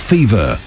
Fever